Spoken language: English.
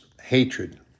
hatred